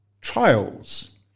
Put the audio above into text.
trials